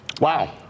wow